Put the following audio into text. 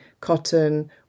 cotton